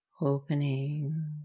opening